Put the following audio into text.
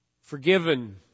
Forgiven